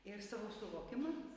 ir savu suvokimą